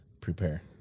Prepare